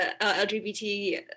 lgbt